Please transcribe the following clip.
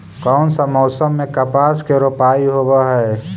कोन सा मोसम मे कपास के रोपाई होबहय?